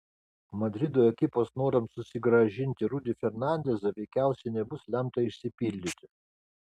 madrido ekipos norams susigrąžinti rudy fernandezą veikiausiai nebus lemta išsipildyti